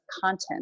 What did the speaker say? content